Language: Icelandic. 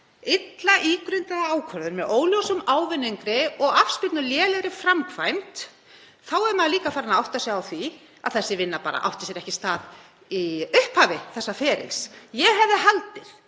illa ígrundaða ákvörðun með óljósum ávinningi og afspyrnulélega framkvæmd er maður líka farinn að átta sig á því að þessi vinna átti sér ekki stað í upphafi þessa ferils. Ég hefði haldið